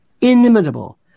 inimitable